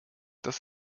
dass